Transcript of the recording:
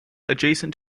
adjacent